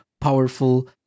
powerful